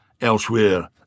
elsewhere